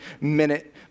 minute